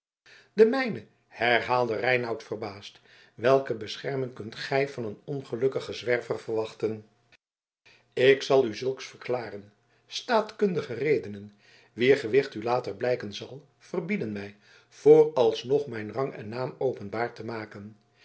de mijne herhaalde reinout verbaasd welke bescherming kunt gij van een ongelukkigen zwerver verwachten ik zal u zulks verklaren staatkundige redenen wier gewicht u later blijken zal verbieden mij vooralsnog mijn rang en naam openbaar te maken